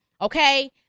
okay